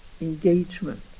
engagement